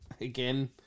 again